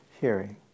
hearing